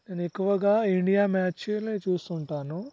నేను ఎక్కువగా ఇండియా మ్యాచులే చూస్తుంటాను